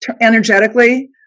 energetically